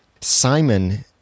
simon